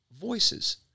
voices